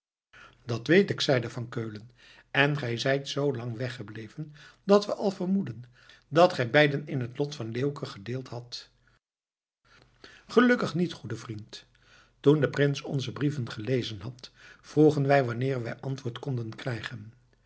dat weet ik zeide van keulen en gij zijt z lang weggebleven dat we al vermoedden dat gij beiden in het lot van leeuwken gedeeld hadt gelukkig niet goede vriend toen de prins onze brieven gelezen had vroegen wij wanneer wij antwoord konden krijgen